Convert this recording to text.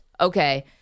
Okay